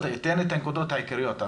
תן את הנקודות העיקריות,